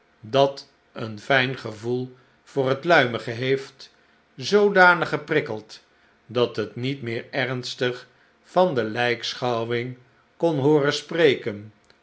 dat een fljn gevoel voor het luimige heeft zoodanig geprikkeld dat het niet meer ernstig van de lijkschouwing kon hooren spreken